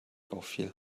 auffiel